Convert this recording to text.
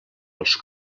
els